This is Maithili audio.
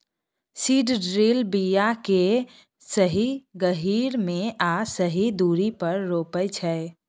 सीड ड्रील बीया केँ सही गहीर मे आ सही दुरी पर रोपय छै